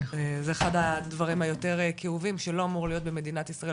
זה אחד הדברים היותר כאובים שלא אמור להיות במדינת ישראל